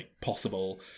possible